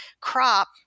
crop